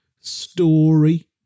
story